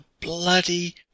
bloody